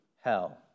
hell